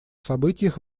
событиях